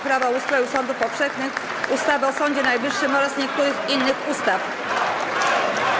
Prawo o ustroju sądów powszechnych, ustawy o Sądzie Najwyższym oraz niektórych innych ustaw.